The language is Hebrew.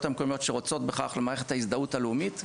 המקומיות שרוצות בכך למערכת ההזדהות הלאומית.